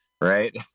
right